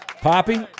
Poppy